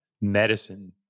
medicine